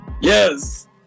Yes